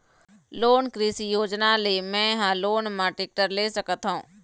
कोन कृषि योजना ले मैं हा लोन मा टेक्टर ले सकथों?